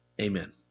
Amen